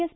S